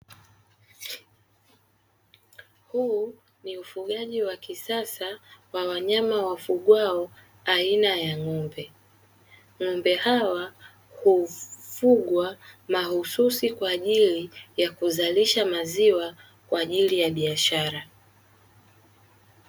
Huu ni ufugaji wa kisasa wa wanyama wafugwao aina ya ng'ombe. Ng'ombe hawa hufugwa mahususi kwa ajili ya kuzalisha maziwa ya biashara.